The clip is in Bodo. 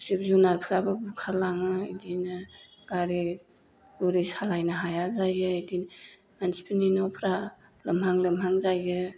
जिब जुनारफ्राबो बुखार लाङो इदिनो गारि गुरि सालायनो हाया जायो मानसिफोरनि न'फ्रा लोमहां लोमहां जायो